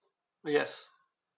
orh yes